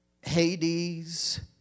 Hades